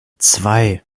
zwei